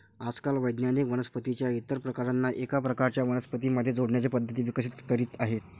आजकाल वैज्ञानिक वनस्पतीं च्या इतर प्रकारांना एका प्रकारच्या वनस्पतीं मध्ये जोडण्याच्या पद्धती विकसित करीत आहेत